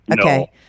Okay